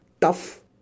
tough